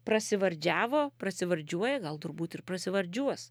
prasivardžiavo prasivardžiuoja gal turbūt ir prasivardžiuos